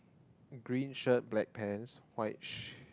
green shirt black pants white shirt